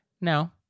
no